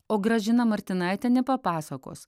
o gražina martinaitienė papasakos